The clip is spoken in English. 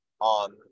on